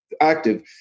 active